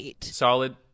solid